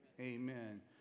Amen